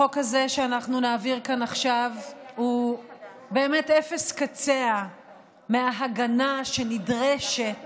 החוק הזה שאנחנו נעביר כאן עכשיו הוא באמת אפס קצה של ההגנה שנדרשת